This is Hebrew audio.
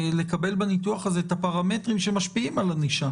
לקבל בניתוח הזה את הפרמטרים שמשפיעים על ענישה